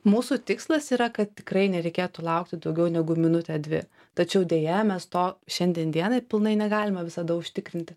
mūsų tikslas yra kad tikrai nereikėtų laukti daugiau negu minutę dvi tačiau deja mes to šiandien dienai pilnai negalime visada užtikrinti